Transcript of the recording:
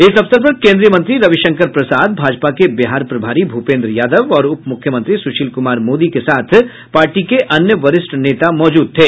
इस अवसर पर केन्द्रीय मंत्री रविशंकर प्रसाद भाजपा के बिहार प्रभारी भूपेन्द्र यादव और उपमुख्यमंत्री सुशील कुमार मोदी के साथ पार्टी के अन्य वरिष्ठ नेता मौजूद थे